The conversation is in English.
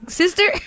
sister